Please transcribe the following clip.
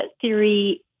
theory